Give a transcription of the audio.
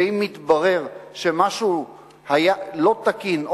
ואם יתברר שמשהו היה לא תקין,